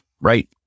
right